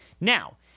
Now